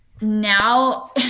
now